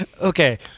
Okay